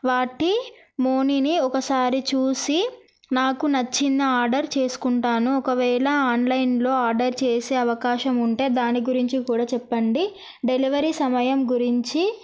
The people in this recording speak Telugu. వాటి మెనూని ఒకసారి చూసి నాకు నచ్చింది ఆర్డర్ చేసుకుంటాను ఒకవేళ ఆన్లైన్లో ఆర్డర్ చేసే అవకాశం ఉంటే దాని గురించి కూడా చెప్పండి డెలివరీ సమయం గురించి